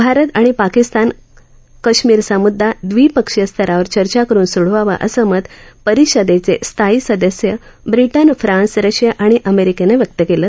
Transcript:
भारत आणि शाकिस्तानं कश्मीरचा मुद्दा दवि क्षीय स्तरावर चर्चा करून सोडवावा असं मत रिषदक्ष स्थायी सदस्य ब्रिटन फ्रान्स रशिया आणि अमप्रिकामं व्यक्त कालं